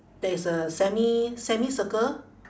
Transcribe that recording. there is a semi~ semicircle